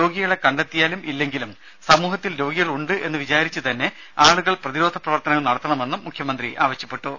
രോഗികളെ കണ്ടെത്തിയാലും ഇല്ലെങ്കിലും സമൂഹത്തിൽ രോഗികൾ ഉണ്ട് എന്ന് വിചാരിച്ചു തന്നെ ആളുകൾ പ്രതിരോധ പ്രവർത്തനങ്ങൾ നടത്തണമെന്നും മുഖ്യമന്ത്രി ആവശ്യപ്പെട്ടു